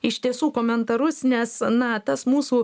iš tiesų komentarus nes na tas mūsų